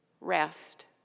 rest